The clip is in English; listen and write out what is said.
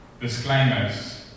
disclaimers